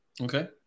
okay